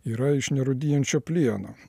yra iš nerūdijančio plieno